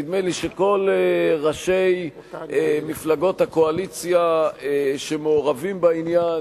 נדמה לי שכל ראשי מפלגות הקואליציה שמעורבים בעניין